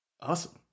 Awesome